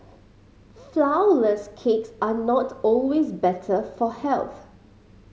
flourless cakes are not always better for health